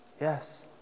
Yes